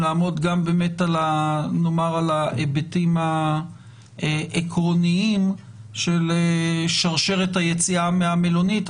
לעמוד גם על ההיבטים העקרוניים של שרשרת היציאה מהמלונית.